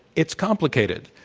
it's complicated.